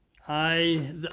Hi